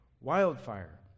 wildfire